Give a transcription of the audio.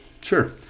Sure